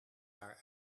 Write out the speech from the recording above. jaar